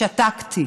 שתקתי.